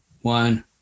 one